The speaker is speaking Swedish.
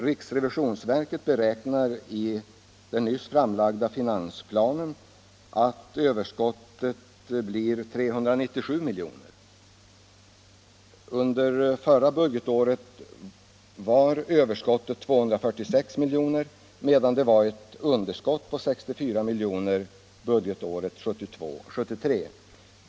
Riksrevisionsverket beräknar i den nyss framlagda finansplanen att överskottet blir 397 milj.kr. Under förra budgetåret var överskottet 246 milj.kr., medan det var ett underskott på 64 milj.kr. budgetåret 1972/73.